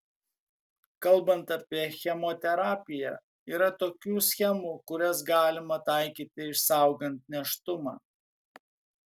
kalbant apie chemoterapiją yra tokių schemų kurias galima taikyti išsaugant nėštumą